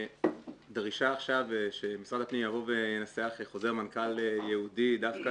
דרישה עכשיו שמשרד הפנים יבוא וינסח חוזר מנכ"ל ייעודי דווקא